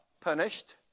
punished